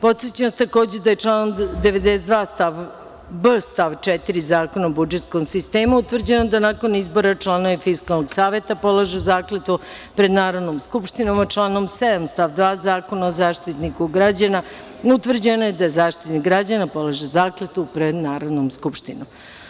Podsećam vas, takođe, da je članom 92b. stav 4. Zakona o budžetskom sistemu utvrđeno da nakon izbora, članovi Fiskalnog saveta polažu zakletvu pred Narodnom skupštinom, a članom 7. stav 2. Zakona o Zaštitniku građana, utvrđeno je da Zaštitnik građana polaže zakletvu pred Narodnom skupštinom.